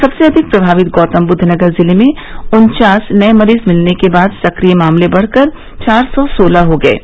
सबसे अधिक प्रभावित गौतमबुद्व नगर जिले में उन्चास नये मरीज मिलने के बाद सक्रिय मामले बढ़कर चार सौ सोलह हो गये हैं